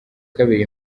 kabiri